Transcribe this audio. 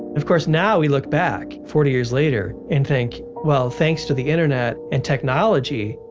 of course, now we look back, forty years later, and think, well, thanks to the internet and technology,